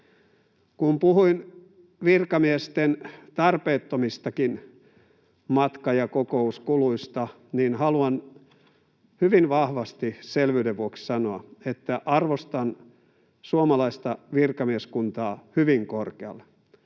Kun puhuin virkamiesten tarpeettomistakin matka- ja kokouskuluista, niin haluan hyvin vahvasti selvyyden vuoksi sanoa, että arvostan suomalaista virkamieskuntaa hyvin korkealle.